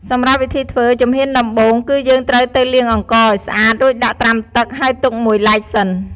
សម្រាប់វិធីធ្វើ ជំហានដំបូង គឺយើងត្រូវទៅលាងអង្ករឱ្យស្អាត រួចដាក់ត្រាំទឹក ហើយទុកមួយឡែកសិន។